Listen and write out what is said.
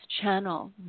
channel